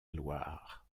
loire